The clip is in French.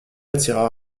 attira